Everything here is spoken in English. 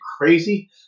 crazy